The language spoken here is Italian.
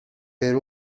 per